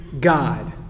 God